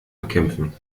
bekämpfen